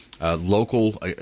local